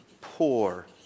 poor